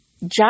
Job